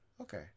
Okay